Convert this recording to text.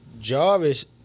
Jarvis